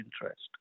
interest